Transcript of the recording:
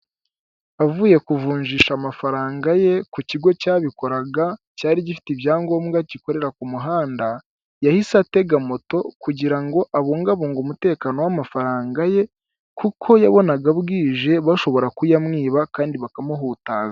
Avuye kuvunjisha amafaranga ye ku kigo cyabikoraga cyari gifite ibyangombwa gikorera ku muhanda yahise atega moto kugira ngo abungabunge umutekano w'amafaranga ye kuko yabonaga bwije bashobora kuyamwiba kandi bakamuhutaza.